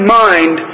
mind